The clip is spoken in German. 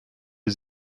die